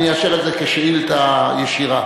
אני אאשר את זה כשאילתא ישירה.